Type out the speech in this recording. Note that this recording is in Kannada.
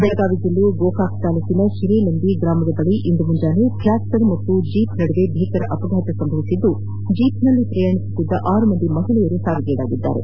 ಬೆಳಗಾವಿ ಜಿಲ್ಲೆ ಗೋಕಾಕ್ ತಾಲೂಕಿನ ಹಿರೇನಂದಿ ಗ್ರಾಮದ ಬಳಿ ಇಂದು ಮುಂಜಾನೆ ಟ್ರಾಕ್ಷರ್ ಮತ್ತು ಜೀಪ್ ನದುವೆ ಭೀಕರ ಅಪಘಾತ ಸಂಭವಿಸಿದ್ದು ಜೀಪ್ನಲ್ಲಿ ಪ್ರಯಾಣಿಸುತ್ತಿದ್ದ ಆರು ಮಂದಿ ಮಹಿಳೆಯರು ಸಾವಿಗೀಡಾಗಿದ್ದಾರೆ